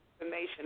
information